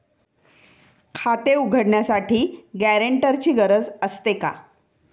खाते उघडण्यासाठी गॅरेंटरची गरज असते का?